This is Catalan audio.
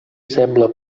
sembla